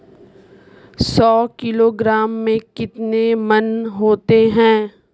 सौ किलोग्राम में कितने मण होते हैं?